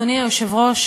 אדוני היושב-ראש,